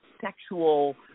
sexual